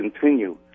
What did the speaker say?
continue